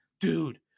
Dude